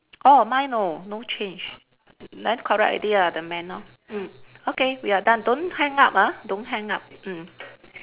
orh mine no no change then correct already lah the man lor mm okay we are done don't hang up ah don't hang up mm